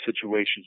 situations